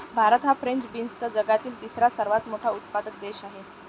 भारत हा फ्रेंच बीन्सचा जगातील तिसरा सर्वात मोठा उत्पादक देश आहे